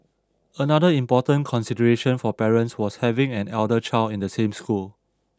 another important consideration for parents was having an elder child in the same school